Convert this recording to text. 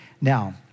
Now